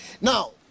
now